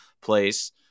place